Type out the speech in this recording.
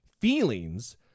feelings